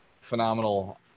phenomenal